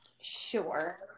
sure